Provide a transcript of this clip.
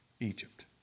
Egypt